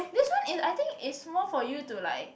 this one is I think is more for you to like